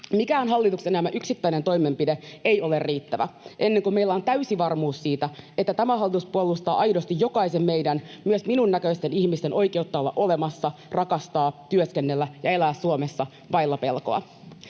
Mikään hallituksen ajama yksittäinen toimenpide ei ole riittävä, ennen kuin meillä on täysi varmuus siitä, että tämä hallitus puolustaa aidosti jokaisen meidän, myös minun näköisteni ihmisten, oikeutta olla olemassa, rakastaa, työskennellä ja elää Suomessa vailla pelkoa.